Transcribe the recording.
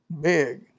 big